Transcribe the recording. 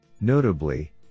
Notably